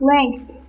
Length